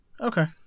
okay